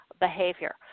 behavior